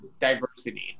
diversity